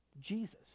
Jesus